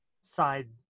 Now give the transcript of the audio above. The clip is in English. side